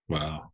Wow